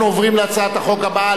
אנחנו עוברים להצעת החוק הבאה,